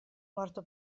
morto